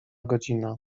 godzina